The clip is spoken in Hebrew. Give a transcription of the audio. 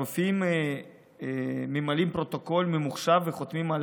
הרופאים ממלאים פרוטוקול ממוחשב וחותמים על